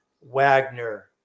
Wagner